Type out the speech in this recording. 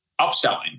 upselling